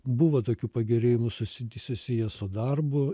buvo tokių pagerėjimų susi susiję su darbu